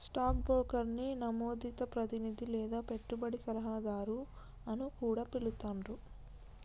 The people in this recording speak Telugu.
స్టాక్ బ్రోకర్ని నమోదిత ప్రతినిధి లేదా పెట్టుబడి సలహాదారు అని కూడా పిలుత్తాండ్రు